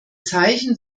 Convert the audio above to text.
zeichen